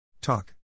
talk